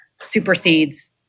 supersedes